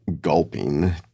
gulping